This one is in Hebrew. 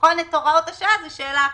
ולבחון את הוראות השעה זו שאלה אחרת.